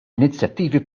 inizjattivi